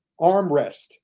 armrest